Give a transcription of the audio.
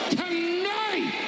tonight